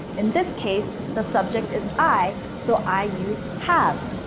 in this case, the subject is i, so i use have.